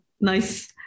nice